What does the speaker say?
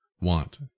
want